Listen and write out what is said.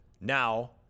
Now